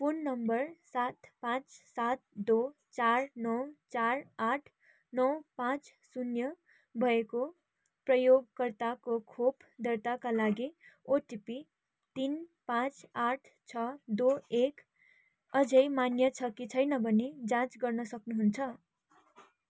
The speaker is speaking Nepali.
फोन नम्बर सात पाँच सात दो चार नौ चार आठ नौ पाँच शून्य भएको प्रयोगकर्ताको खोप दर्ताका लागि ओटिपी तिन पाँच आठ छ दो एक अझै मान्य छ कि छैन भनी जाँच गर्न सक्नुहुन्छ